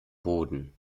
boden